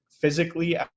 physically